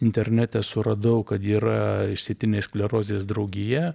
internete suradau kad yra išsėtinės sklerozės draugija